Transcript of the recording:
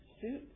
suit